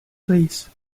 please